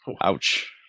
Ouch